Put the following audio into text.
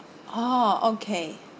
oh okay